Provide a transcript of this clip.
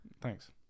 thanks